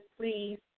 please